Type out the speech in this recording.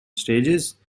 stages